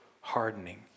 hardening